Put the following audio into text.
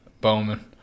bowman